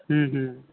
ਹੂੰ ਹੂੰ